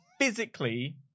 physically